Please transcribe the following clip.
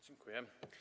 Dziękuję.